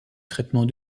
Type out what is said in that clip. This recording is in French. traitement